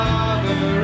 Father